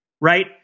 right